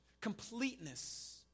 completeness